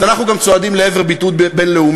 אז אנחנו גם צועדים לעבר בידוד בין-לאומי.